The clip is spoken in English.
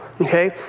Okay